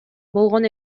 болгон